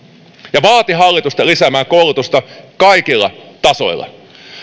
ja vaati hallitusta lisäämään koulutusta kaikilla tasoilla